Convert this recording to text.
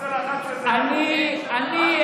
ב-11 בנובמבר זה יעבור, אל תדאגו, אני הייתי